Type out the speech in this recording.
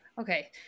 Okay